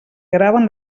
graven